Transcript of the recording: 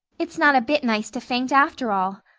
it's not a bit nice to faint, after all.